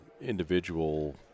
individual